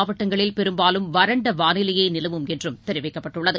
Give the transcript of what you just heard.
மாவட்டங்களில் பெரும்பாலும் வறண்டவானிலையேநிலவும் ஏனைய என்றம் தெரிவிக்கப்பட்டுள்ளது